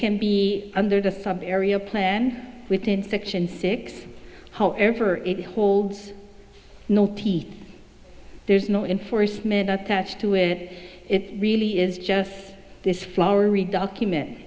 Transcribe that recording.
can be under the thumb area plan within section six however it holds no teeth there's no in force mid attached to it it really is just this flowery document